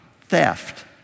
theft